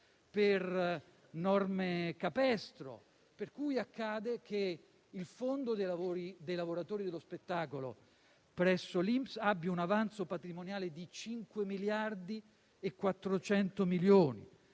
di norme capestro, per cui accade che il fondo dei lavoratori dello spettacolo presso l'INPS abbia un avanzo patrimoniale di 5 miliardi e 400 milioni.